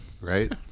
right